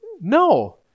No